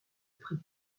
prix